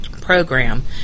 program